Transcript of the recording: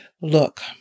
Look